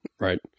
right